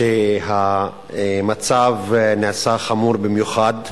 כשהמצב נעשה חמור במיוחד,